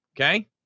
Okay